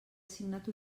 assignat